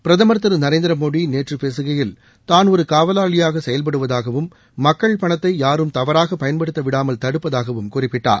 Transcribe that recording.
பிரதமர் திரு நரேந்திர மோடி நேற்று பேககையில் தான் ஒரு காவலாளியாக செயல்படுவதாகவும் மக்கள் பணத்தை யாரும் தவறாக பயன்படுத்தவிடாமல் தடுப்பதாகவும் குறிப்பிட்டார்